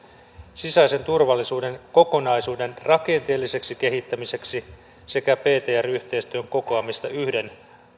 sisäisen turvallisuuden kokonaisuuden rakenteelliseksi kehittämiseksi sekä ptr yhteistyön kokoamiseksi yhden